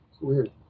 weird